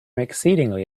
exceedingly